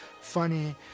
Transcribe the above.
funny